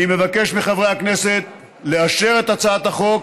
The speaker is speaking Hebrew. אני מבקש מחברי הכנסת לאשר את הצעת החוק